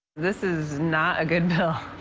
this is not a good bill.